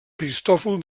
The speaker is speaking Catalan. cristòfol